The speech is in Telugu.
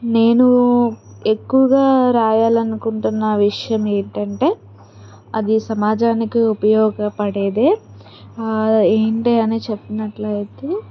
నేను ఎక్కువగా రాయాలనుకుంటున్న విషయం ఏంటంటే అది సమాజానికి ఉపయోగపడేదే ఏంటి అని చెప్పినట్లయితే